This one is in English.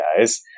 guys